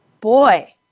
boy